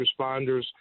responders